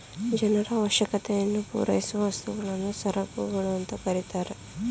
ಜನರ ಅವಶ್ಯಕತೆಯನ್ನು ಪೂರೈಸುವ ವಸ್ತುಗಳನ್ನು ಸರಕುಗಳು ಅಂತ ಕರೆತರೆ